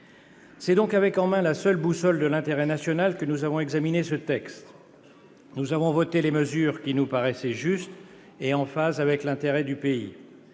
C'est donc avec en main la seule boussole de l'intérêt national que nous avons examiné ce texte. Nous avons voté les mesures qui nous paraissaient justes et en phase avec l'intérêt du pays.